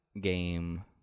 game